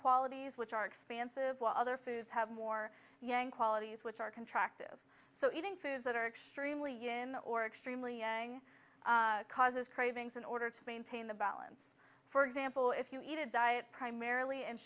qualities which are expansive what other foods have more qualities which are contract of so eating foods that are extremely in or extremely causes cravings in order to maintain the balance for example if you eat a diet primarily